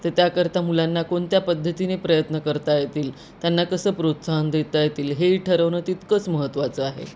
तर त्याकरता मुलांना कोणत्या पद्धतीने प्रयत्न करता येतील त्यांना कसं प्रोत्साहन देता येतील हेही ठरवणं तितकं महत्त्वाचं आहे